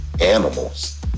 animals